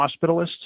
hospitalists